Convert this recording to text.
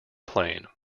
plain